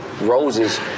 roses